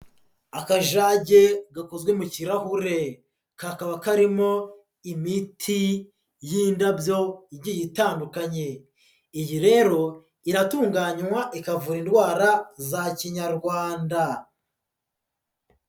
Akajage gakozwe mu kirahure, kakaba karimo imiti y'indabyo igiye itandukanye. Iyi rero iratunganywa, ikavura indwara za kinyarwanda.